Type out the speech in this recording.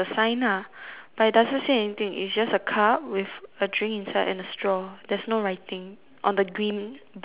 but it doesn't say anything it is just a car with a drink inside and a straw there's no writing on the green board ah signboard